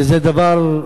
שזה דבר,